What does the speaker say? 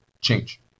change